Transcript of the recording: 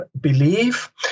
believe